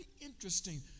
interesting